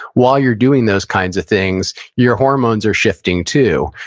while you're doing those kinds of things, your hormones are shifting too.